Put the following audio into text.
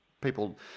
people